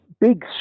big